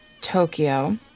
Tokyo